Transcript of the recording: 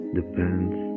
depends